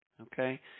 Okay